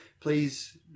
Please